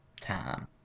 time